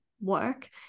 work